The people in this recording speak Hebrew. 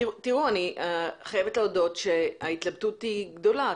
אני חייבת להודות שההתלבטות היא גדולה.